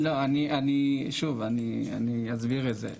לא, אני אסביר את זה.